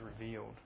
revealed